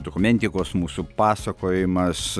dokumentikos mūsų pasakojimas